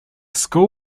school